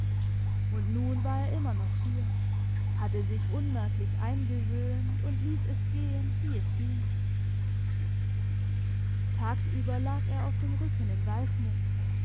und nun war er immer noch hier hatte sich unmerklich eingewöhnt und liess es gehen wie es ging tagsüber lag er auf dem rücken im waldmoos